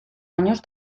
años